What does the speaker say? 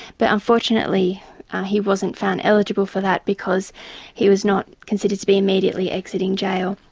but unfortunately he wasn't found eligible for that because he was not considered to be immediately exiting jail.